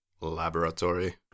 laboratory